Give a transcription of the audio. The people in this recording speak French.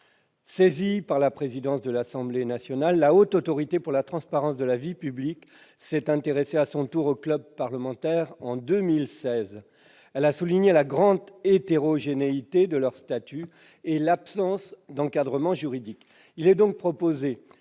Saisie par le président de l'Assemblée nationale, la Haute Autorité pour la transparence de la vie publique, la HATVP, s'est intéressée à son tour aux clubs parlementaires en 2016. Elle a souligné la grande hétérogénéité de leurs statuts et l'absence d'encadrement juridique. Nous proposons